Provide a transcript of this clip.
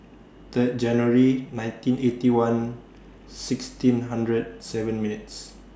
Third January nineteen Eighty One sixteen hundred seven minutes